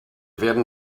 werden